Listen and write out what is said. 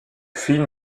film